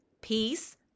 peace